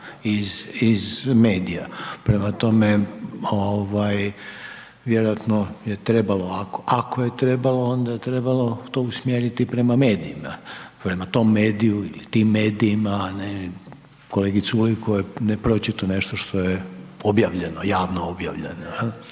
iz medija, prema tome, ovaj, vjerojatno je trebalo, ako je trebalo, onda je trebalo to usmjeriti prema medijima, prema tom mediju ili tim medijima, a ne kolegi Culeju koji je, ne, pročitao nešto što je objavljeno, javno objavljeno